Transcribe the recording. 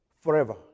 forever